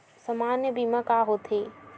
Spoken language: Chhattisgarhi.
सामान्य बीमा का होथे?